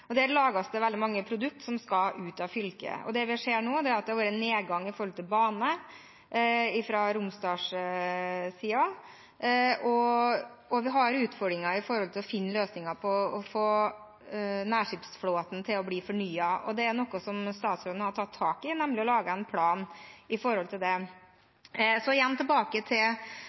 Romsdal. Der lages det veldig mange produkter som skal ut av fylket. Det vi ser nå, er at det har vært en nedgang med hensyn til bane fra Romsdals-siden, og vi har utfordringer med å finne løsninger på å få nærskipsflåten til å bli fornyet. Det er noe statsråden har tatt tak i ved å lage en plan for det. Igjen tilbake til